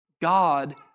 God